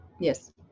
Yes